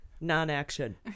non-action